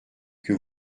que